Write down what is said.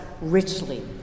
richly